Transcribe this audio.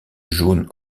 jaune